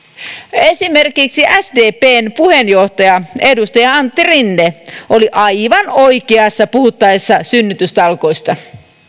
esimerkiksi sdpn puheenjohtaja edustaja antti rinne oli aivan oikeassa puhuttaessa synnytystalkoista